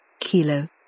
Kilo